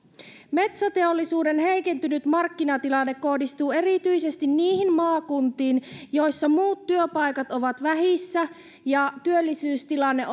metsäteollisuuden heikentynyt markkinatilanne kohdistuu erityisesti niihin maakuntiin joissa muut työpaikat ovat vähissä ja työllisyystilanne